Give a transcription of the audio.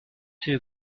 too